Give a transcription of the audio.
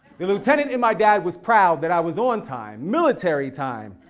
the lieutenant in my dad was proud that i was on time, military time,